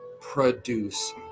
produce